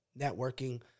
networking